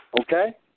Okay